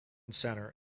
centre